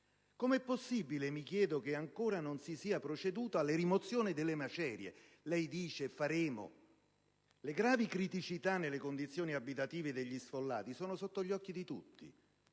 Com'è possibile - mi chiedo - che ancora non si sia proceduto alla rimozione delle macerie? Lei dice "faremo". Le gravi criticità nelle condizioni abitative degli sfollati sono sotto gli occhi di tutti.